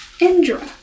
Indra